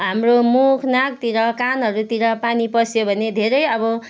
हाम्रो मुख नाकतिर कानहरूतिर पानी पस्यो भने धेरै अब